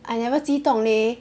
I never see 激动 leh